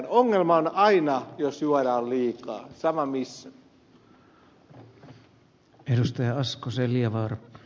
ongelma on aina jos juodaan liikaa sama missä